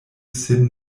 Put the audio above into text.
sin